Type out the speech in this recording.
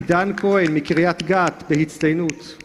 דן כהן מקריאת גת בהצטיינות